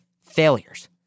failures